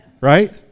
right